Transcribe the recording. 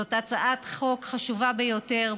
זאת הצעת חוק חשובה ביותר,